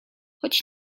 choć